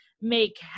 make